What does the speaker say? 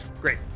Great